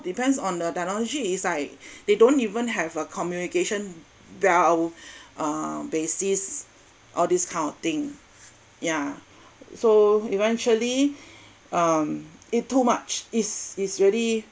depends on the technology is like they don't even have a communication uh basis all these kind of thing yeah so eventually um it too much is is really